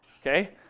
okay